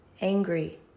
Angry